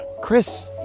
Chris